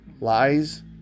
lies